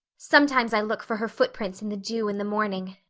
sometimes i look for her footprints in the dew in the morning.